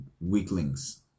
weaklings